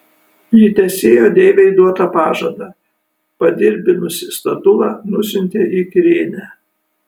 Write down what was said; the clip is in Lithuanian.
ji tesėjo deivei duotą pažadą padirbdinusi statulą nusiuntė į kirėnę